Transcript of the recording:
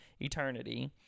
eternity